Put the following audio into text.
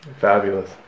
fabulous